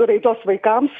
raidos vaikams